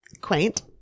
Quaint